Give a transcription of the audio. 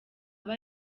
aba